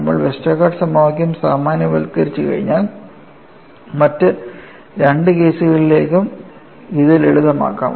നമ്മൾ വെസ്റ്റർഗാർഡ് സമവാക്യം സാമാന്യവൽക്കരിച്ചുകഴിഞ്ഞാൽ മറ്റ് രണ്ട് കേസുകളിലേക്കും ഇത് ലളിതമാക്കാം